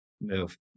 move